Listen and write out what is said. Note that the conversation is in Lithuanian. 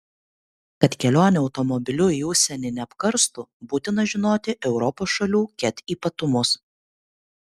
kad kelionė automobiliu į užsienį neapkarstų būtina žinoti europos šalių ket ypatumus